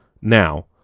now